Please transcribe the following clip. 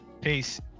peace